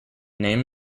name